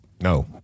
No